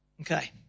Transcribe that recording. Okay